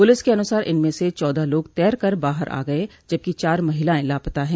police के अनुसार इनमें से चौदह लोग तैर कर बाहर आ गये जबकि चार महिलाएं लापता है